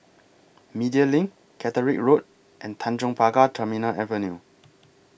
Media LINK Caterick Road and Tanjong Pagar Terminal Avenue